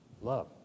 love